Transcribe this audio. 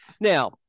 Now